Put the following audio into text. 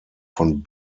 von